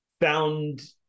found